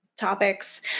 topics